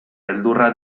beldurra